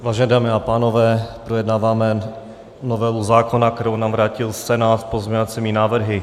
Vážené dámy a pánové, projednáváme novelu zákona, kterou nám vrátil Senát s pozměňovacími návrhy.